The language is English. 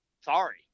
sorry